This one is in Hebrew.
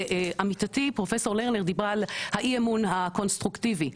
ועמיתתי פרופסור לרנר דיברה על האי אמון הקונסטרוקטיבי,